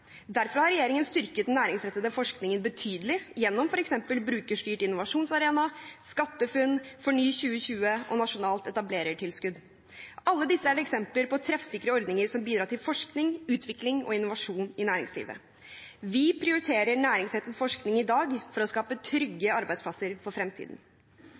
Derfor har regjeringen styrket den næringsrettede forskningen betydelig, gjennom f.eks. Brukerstyrt innovasjonsarena, SkatteFUNN, FORNY2020 og nasjonalt etablerertilskudd. Alle disse er eksempler på treffsikre ordninger som bidrar til forskning, utvikling og innovasjon i næringslivet. Vi prioriterer næringsrettet forskning i dag for å skape trygge arbeidsplasser for fremtiden.